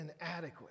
inadequate